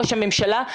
ראש הממשלה,